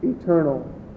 eternal